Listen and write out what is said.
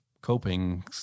coping